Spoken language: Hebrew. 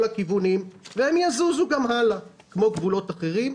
הכיוונים והם יזוזו גם הלאה כמו גבולות אחרים.